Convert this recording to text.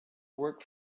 work